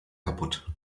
kapput